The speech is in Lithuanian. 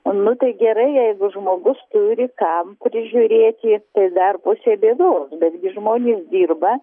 nu tai gerai jeigu žmogus turi kam prižiūrėti tai dar pusė bėdos betgi žmonės dirba